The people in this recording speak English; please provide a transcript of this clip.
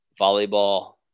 volleyball